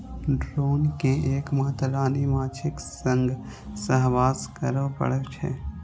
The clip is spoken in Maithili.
ड्रोन कें एक मात्र रानी माछीक संग सहवास करै पड़ै छै